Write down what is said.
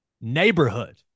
neighborhood